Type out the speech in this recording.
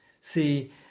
See